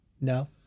No